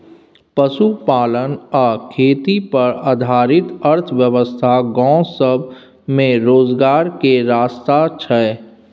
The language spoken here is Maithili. पशुपालन आ खेती पर आधारित अर्थव्यवस्था गाँव सब में रोजगार के रास्ता छइ